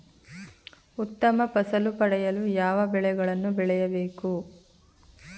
ಉತ್ತಮ ಫಸಲು ಪಡೆಯಲು ಯಾವ ಬೆಳೆಗಳನ್ನು ಬೆಳೆಯಬೇಕು?